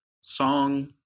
song